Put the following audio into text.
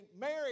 married